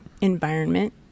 environment